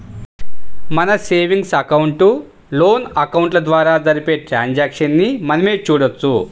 మన savings account, loan అకౌంట్ల ద్వారా జరిపే ట్రాన్సాక్షన్స్ ని మనమే చూడొచ్చు